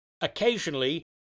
occasionally